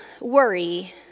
worry